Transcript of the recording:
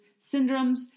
syndromes